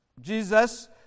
Jesus